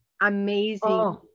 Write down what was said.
amazing